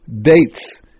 dates